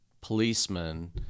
policemen